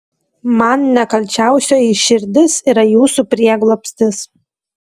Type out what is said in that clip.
man nekalčiausioji širdis yra jūsų prieglobstis